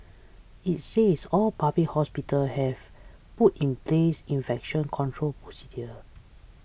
it says all public hospitals have put in place infection control procedures